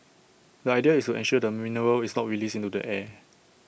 the idea is to ensure the mineral is not released into the air